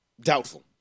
Doubtful